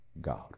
god